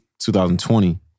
2020